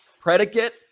predicate